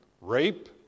rape